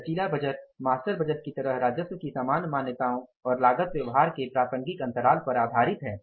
लचीला budget master budget की तरह राजस्व की समान मान्यताओं और लागत व्यवहार के प्रासंगिक अंतराल पर आधारित है